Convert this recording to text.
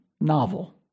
novel